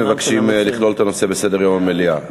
המציעים מבקשים לכלול את הנושא בסדר-היום של המליאה.